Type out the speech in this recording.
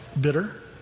Bitter